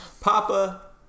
Papa